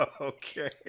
Okay